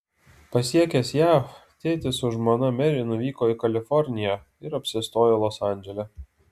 pasiekęs jav tėtis su žmona meri nuvyko į kaliforniją ir apsistojo los andžele